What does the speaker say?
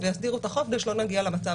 כסך לזוכה ויכסה את ההוצאות ולא יהיה במצב